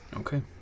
Okay